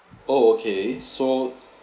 oh okay so